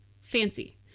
Fancy